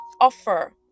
offer